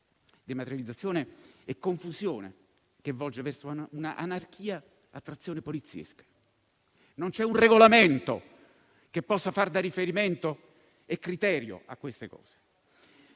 dematerializzazione e confusione che volgono verso un'anarchia a trazione poliziesca. Non c'è un regolamento che possa fare da riferimento e criterio a queste cose.